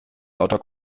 lauter